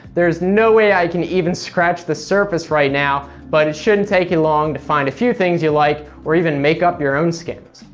there's no way i can even scratch the surface right now, but it shouldn't take long to find a few things you like. or even make up your own skins.